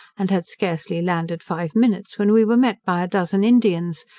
and had scarcely landed five minutes, when we were met by a dozen indians,